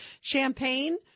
champagne